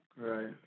Right